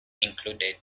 included